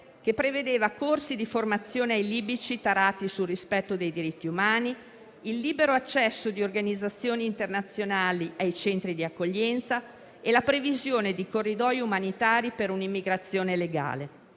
che prevedeva corsi di formazione ai libici tarati sul rispetto dei diritti umani, il libero accesso di organizzazioni internazionali ai centri di accoglienza e la previsione di corridoi umanitari per un'immigrazione legale.